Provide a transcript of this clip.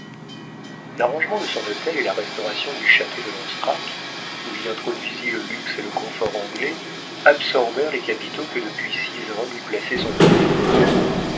l'arrangement de son hôtel et la restauration du château de lanstrac où il introduisit le luxe et le comfort anglais absorbèrent les capitaux que depuis six ans lui plaçait son